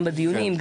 גם בדיונים,